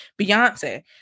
Beyonce